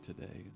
today